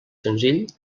senzill